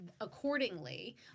accordingly